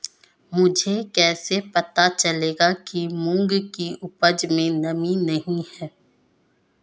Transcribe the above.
मुझे कैसे पता चलेगा कि मूंग की उपज में नमी नहीं है?